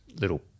little